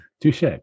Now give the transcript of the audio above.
touche